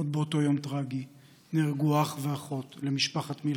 עוד באותו יום טרגי נהרגו אח ואחות למשפחת מלחם,